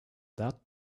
that